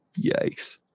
Yikes